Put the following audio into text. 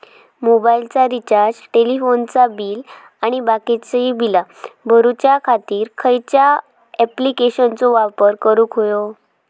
मोबाईलाचा रिचार्ज टेलिफोनाचा बिल आणि बाकीची बिला भरूच्या खातीर खयच्या ॲप्लिकेशनाचो वापर करूक होयो?